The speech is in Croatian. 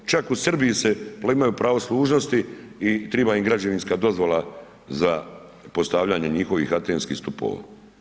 Čak u Srbiji se koji imaju pravo služnosti i treba im građevinska dozvola za postavljanje njihovih antenskih stupova.